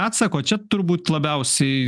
atsako čia turbūt labiausiai